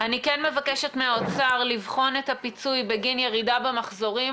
אני מבקשת מהאוצר לבחון את הפיצוי בגין ירידה במחזורים,